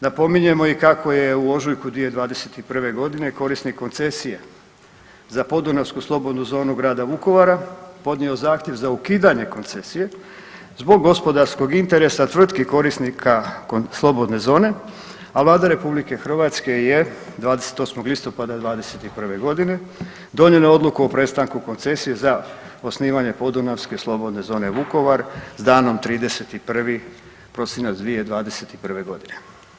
Napominjemo i kako je u ožujku 2021. godine korisnik koncesije za podunavsku slobodnu zonu grada Vukovara podnio zahtjev za ukidanje koncesi9je zbog gospodarskog interesa tvrtki korisnika slobodne zone, a Vlada Republike Hrvatske je 28. listopada 2021. godine donijele odluku o prestanku koncesije za osnivanje podunavske slobodne zona Vukovar sa danom 31. prosinac 2021. godine.